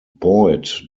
boyd